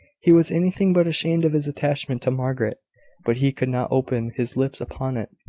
he was anything but ashamed of his attachment to margaret but he could not open his lips upon it.